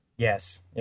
Yes